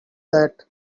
that